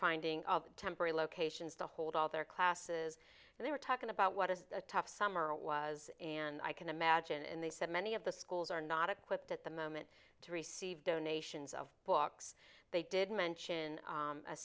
finding temporary locations to hold all their classes and they were talking about what a tough summer was and i can imagine and they said many of the schools are not equipped at the moment to receive donations of books they did mention